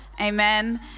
Amen